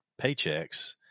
paychecks